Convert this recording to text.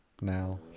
now